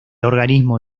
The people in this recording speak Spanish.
organismo